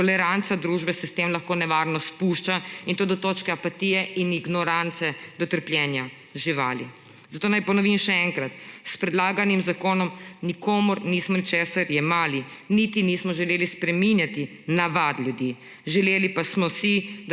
Toleranca družbe se s tem nevarno spušča in to do točka apatije in ignorance do trpljenja živali. Zato naj ponovim še enkrat, s predlaganim zakonom nikomur nismo ničesar jemali, niti nismo želeli spreminjati navad ljudi. Želeli pa smo si,